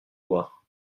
voir